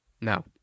Now